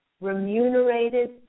remunerated